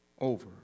over